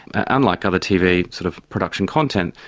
unlike other tv sort of production content.